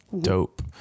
Dope